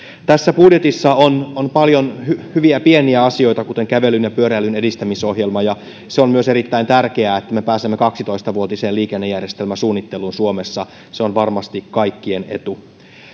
tässä budjetissa on on paljon hyviä pieniä asioita kuten kävelyn ja pyöräilyn edistämisohjelma ja myös se on erittäin tärkeää että me pääsemme kaksitoista vuotiseen liikennejärjestelmäsuunnitteluun suomessa se on varmasti kaikkien etu